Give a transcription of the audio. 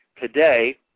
today